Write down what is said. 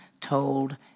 told